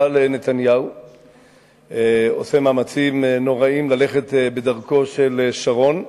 אבל נתניהו עושה מאמצים נוראיים ללכת בדרכו של שרון.